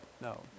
No